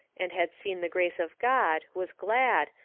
and had seen the grace of god, was glad,